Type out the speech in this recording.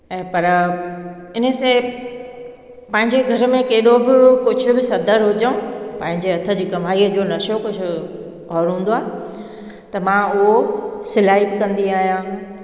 ऐं पर इन से पंहिंजे घर में केॾो बि कुझ बि सदर हजूं पंहिंजे हथ जी कमाईअ जो नशो कुझु और हूंदो आहे त मां उहो सिलाई बि कंदी आहियां